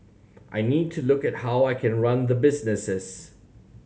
I need to look at how I can run the businesses